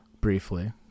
briefly